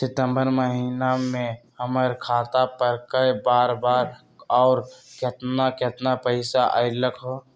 सितम्बर महीना में हमर खाता पर कय बार बार और केतना केतना पैसा अयलक ह?